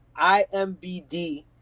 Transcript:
IMBD